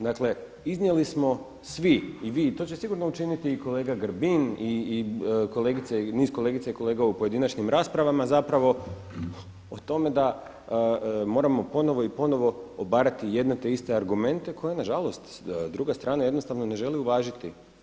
Dakle, iznijeli smo svi, i vi, i to će sigurno učiniti i kolega Grbin, i niz kolegica i kolega u pojedinačnim raspravama, zapravo o tome da moramo ponovo, i ponovo obarati jedne te iste argumente koje na žalost druga strana jednostavno ne želi uvažiti.